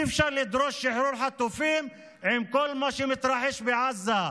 אי-אפשר לדרוש שחרור חטופים עם כל מה שמתרחש בעזה.